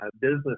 business